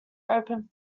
open